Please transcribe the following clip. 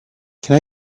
can